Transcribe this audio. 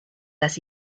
las